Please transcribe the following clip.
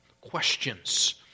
questions